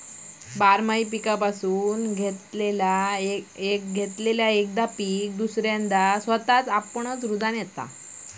बारमाही पीकापासून एकदा घेतलेला पीक दुसऱ्यांदा स्वतःच रूजोन येता